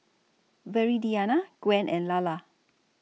Viridiana Gwen and Lalla